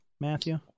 Matthew